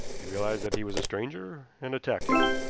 he realized that he was a stranger, and attacked him.